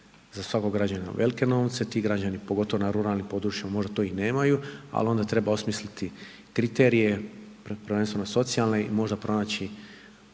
za svakog građanina velike novce, ti građani, pogotovo na ruralnim područjima možda to i nemaju, ali onda treba osmisliti kriterije, prvenstveno socijalne i možda pronaći